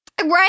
right